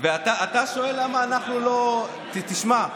אתה שואל למה אנחנו לא, תשמע.